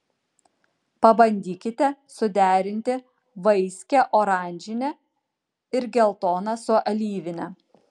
pabandykite suderinti vaiskią oranžinę ir geltoną su alyvine